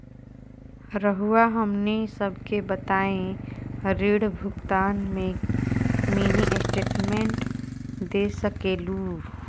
रहुआ हमनी सबके बताइं ऋण भुगतान में मिनी स्टेटमेंट दे सकेलू?